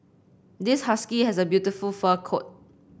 this husky has a beautiful fur coat